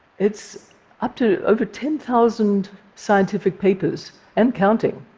it's up to over ten thousand scientific papers and counting.